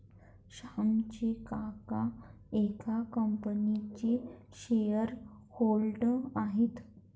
श्यामचे काका एका कंपनीचे शेअर होल्डर आहेत